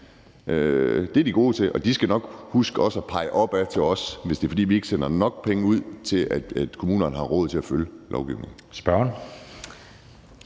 Det er de gode til, og de skal også nok huske at pege opad mod os, hvis det er, fordi vi ikke sender nok penge ud til, at kommunerne har råd til at følge lovgivningen. Kl.